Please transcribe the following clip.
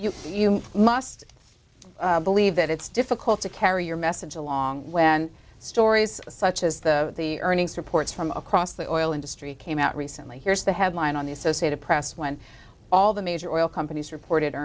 production you must believe that it's difficult to carry your message along when stories such as the the earnings reports from across the oil industry came out recently here's the headline on the associated press when all the major oil companies reported